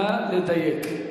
נא לדייק.